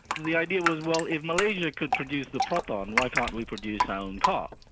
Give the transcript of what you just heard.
the idea was well if malaysia could produce the proton why can't we produce our own car.